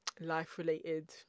life-related